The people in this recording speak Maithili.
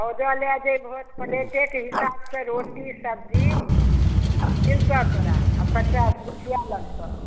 ओहिजा लै जेबहो तऽ प्लेटके हिसाबसँ रोटी सब्जी मिलतौ तोरा आ पचास रुपैआ लगतौ